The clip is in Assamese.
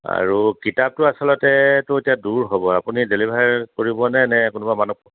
আৰু কিতাপটো আচলতেতো এতিয়া দূৰ হ'ব আপুনি ডেলিভাৰ কৰিবনে নে কোনোবা মানুহ